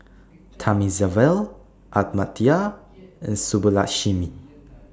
Thamizhavel Amartya and Subbulakshmi